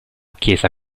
chiesa